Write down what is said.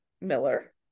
Miller